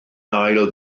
ail